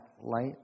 light